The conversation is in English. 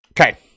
okay